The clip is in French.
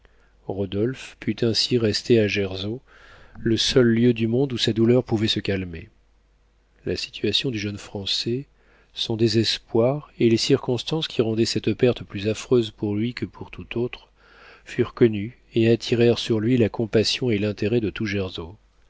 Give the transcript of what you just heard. rodolphe put ainsi rester à gersau le seul lieu du monde où sa douleur pouvait se calmer la situation du jeune français son désespoir et les circonstances qui rendaient cette perte plus affreuse pour lui que pour tout autre furent connues et attirèrent sur lui la compassion et l'intérêt de tout